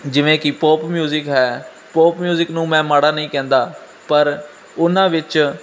ਜਿਵੇਂ ਕਿ pop music ਹੈ ਪੋਪ ਮਿਊਜਿਕ ਨੂੰ ਮੈਂ ਮਾੜਾ ਨਹੀਂ ਕਹਿੰਦਾ ਪਰ ਉਹਨਾਂ ਵਿੱਚ